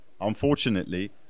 Unfortunately